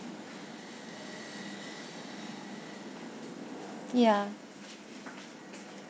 ya